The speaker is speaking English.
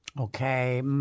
Okay